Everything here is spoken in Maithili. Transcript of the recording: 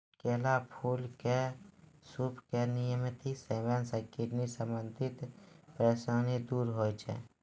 केला फूल के सूप के नियमित सेवन सॅ किडनी संबंधित परेशानी दूर होय जाय छै